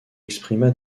exprima